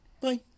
bye